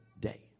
day